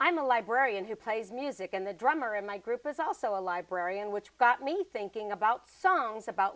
i'm a librarian who plays music and the drummer in my group is also a librarian which got me thinking about songs about